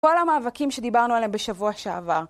כל המאבקים שדיברנו עליהם בשבוע שעבר.